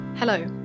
Hello